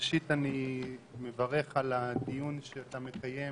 ראשית, אני מברך על הדיון שאתה מקיים